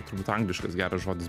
turbūt angliškas geras žodis